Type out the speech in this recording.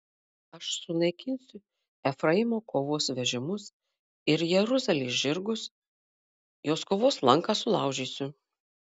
aš sunaikinsiu efraimo kovos vežimus ir jeruzalės žirgus jos kovos lanką sulaužysiu